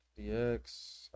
Dx